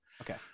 Okay